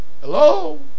Hello